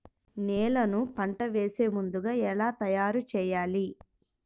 నేలను పంట వేసే ముందుగా ఎలా తయారుచేయాలి?